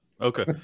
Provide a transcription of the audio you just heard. Okay